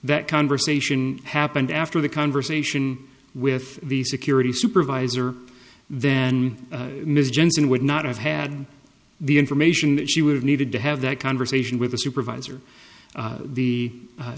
that conversation happened after the conversation with the security supervisor then ms jensen would not have had the information that she would have needed to have that conversation with a supervisor the